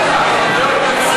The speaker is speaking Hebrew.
עשר דקות